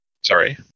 Sorry